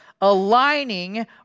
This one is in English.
aligning